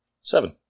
Seven